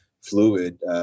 fluid